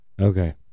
Okay